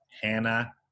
Hannah